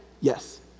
yes